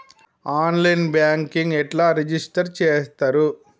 On line banking ఎట్లా register చేత్తరు?